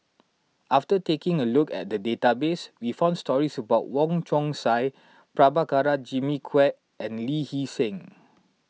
after taking a look at the database we found stories about Wong Chong Sai Prabhakara Jimmy Quek and Lee Hee Seng